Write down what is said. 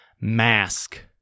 Mask